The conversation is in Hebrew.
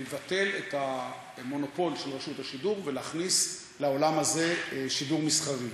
לבטל את המונופול של רשות השידור ולהכניס לעולם הזה שידור מסחרי.